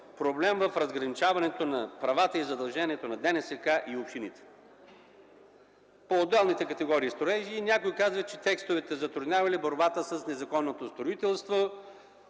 проблем в разграничаването на правата и задълженията на ДНСК и общините по отделните категории строежи. Някои казват, че текстовете затруднявали борбата с незаконното строителство.